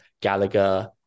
Gallagher